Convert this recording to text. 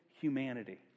humanity